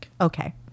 Okay